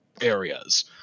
areas